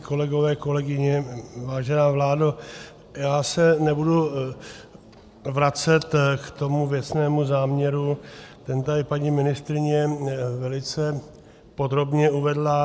Kolegové, kolegyně, vážená vládo, já se nebudu vracet k tomu věcnému záměru, ten tady paní ministryně velice podrobně uvedla.